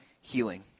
healing